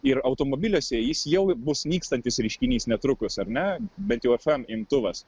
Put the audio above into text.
ir automobiliuose jis jau bus nykstantis reiškinys netrukus ar ne bent jau fm imtuvas